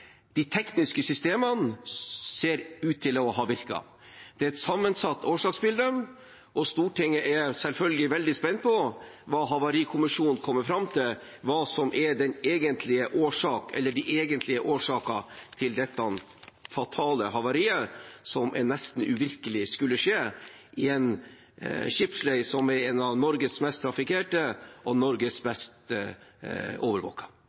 de tekniske systemene ser ut til å ha virket. Det er et sammensatt årsaksbilde, og Stortinget er selvfølgelig veldig spent på hva Havarikommisjonen kommer fram til er de egentlige årsakene til dette fatale havariet, som det er nesten uvirkelig at skulle skje i en skipslei som er en av Norges mest trafikkerte og